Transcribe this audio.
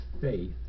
faith